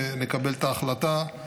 ונקבל את ההחלטה.